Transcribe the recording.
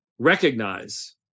recognize